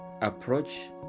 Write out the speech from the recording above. approach